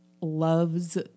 loves